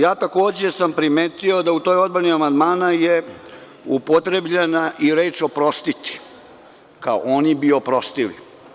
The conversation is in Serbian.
Ja sam takođe primetio da u toj odbrani amandmana je upotrebljena i reč „oprostiti“, kao - oni bi oprostili.